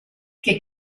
che